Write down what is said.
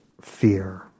fear